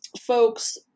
folks